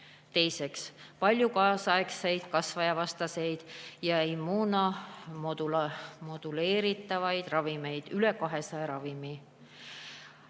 teiseks, paljud kaasaegsed kasvajavastased ja immunomoduleerivad ravimid, üle 200 ravimi.